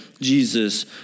Jesus